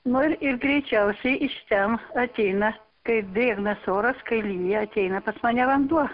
nu ir greičiausiai iš ten ateina kai drėgnas oras kai lyja ateina pas mane vanduo